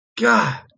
God